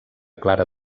clara